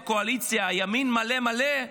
הקואליציה ימין מלא-מלא,